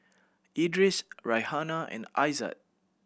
Idris Raihana and Aizat